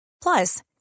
plus